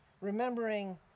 Remembering